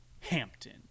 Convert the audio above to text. Hampton